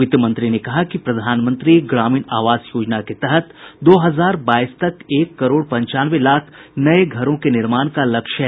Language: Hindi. वित्तमंत्री ने कहा कि प्रधानमंत्री ग्रामीण आवास योजना के तहत दो हजार बाईस तक एक करोड़ पंचानवे लाख नये घरों के निर्माण का लक्ष्य है